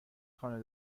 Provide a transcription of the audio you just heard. خانه